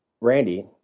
Randy